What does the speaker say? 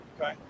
okay